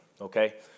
okay